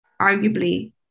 arguably